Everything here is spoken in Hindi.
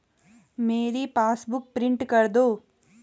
मेरी पासबुक प्रिंट कर दो